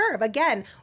Again